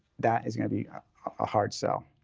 that is going to be a hard sell.